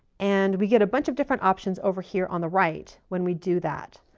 and we get a bunch of different options over here on the right when we do that.